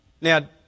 Now